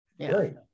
Right